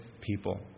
people